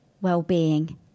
well-being